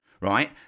Right